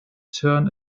turn